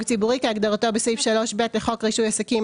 ציבורי כהגדרתו בסעיף 3(ב) לחוק רישוי עסקים,